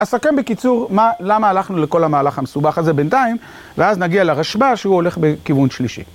אסכם בקיצור למה הלכנו לכל המהלך המסובך הזה בינתיים ואז נגיע לרשב"א שהוא הולך בכיוון שלישי.